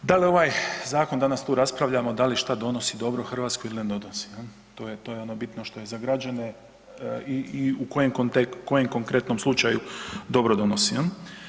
Da li ovaj zakon danas tu raspravljamo, da li šta donosi dobro Hrvatskoj ili ne donosi to je ono bitno što je za građane i u kojem konkretnom slučaju dobro donosi.